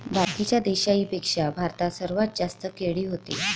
बाकीच्या देशाइंपेक्षा भारतात सर्वात जास्त केळी व्हते